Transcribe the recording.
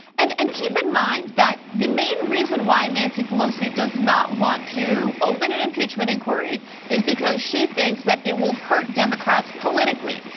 and and keep in mind that the main reason why nancy pelosi does not want to open an impeachment inquiry is because she thinks that it will hurt democrats politically.